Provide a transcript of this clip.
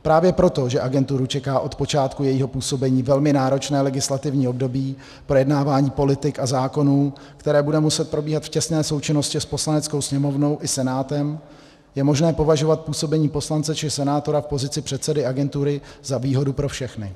Právě proto, že agenturu čeká od počátku jejího působení velmi náročné legislativní období, projednávání politik a zákonů, které bude muset probíhat v těsné součinnosti s Poslaneckou sněmovnou i Senátem, je možné považovat působení poslance či senátora v pozici předsedy agentury za výhodu pro všechny.